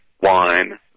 wine